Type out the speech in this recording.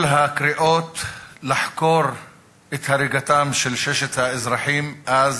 כל הקריאות לחקור את הריגתם של ששת האזרחים אז